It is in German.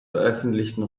veröffentlichten